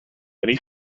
many